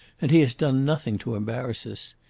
and he has done nothing to embarrass us.